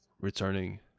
returning